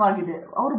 ಪ್ರತಾಪ್ ಹರಿಡೋಸ್ ಸರಿ